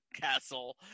castle